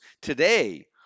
today